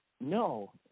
No